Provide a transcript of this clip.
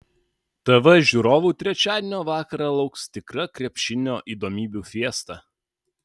tv žiūrovų trečiadienio vakarą lauks tikra krepšinio įdomybių fiesta